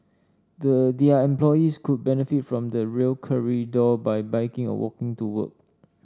the their employees could benefit from the Rail Corridor by biking or walking to work